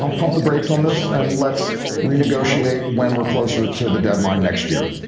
um pump the brakes on this and let's renegotiate when we're closer to the deadline next year?